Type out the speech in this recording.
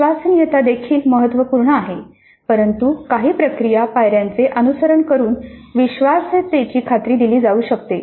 विश्वसनीयता देखील महत्त्वपूर्ण आहे परंतु काही प्रक्रिया पायर्यांचे अनुसरण करून विश्वसनीयतेची खात्री दिली जाऊ शकते